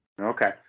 Okay